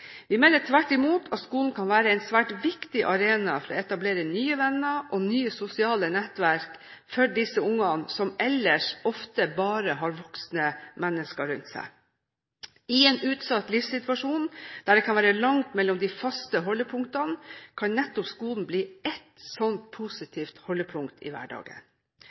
Vi mener tvert imot at skolen kan være en svært viktig arena for å etablere nye venner og nye sosiale nettverk for disse barna, som ellers ofte bare har voksne mennesker rundt seg. I en utsatt livssituasjon, der det kan være langt mellom de faste holdepunktene, kan nettopp skolen bli et slikt positivt holdepunkt i hverdagen.